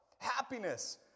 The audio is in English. Happiness